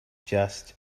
just